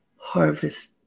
harvest